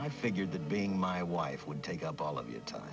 i figured that being my wife would take up all of your time